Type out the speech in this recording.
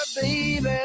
baby